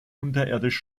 unterirdisch